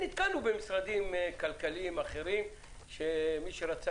נתקלנו במשרדים כלכליים אחרים שמי שרצה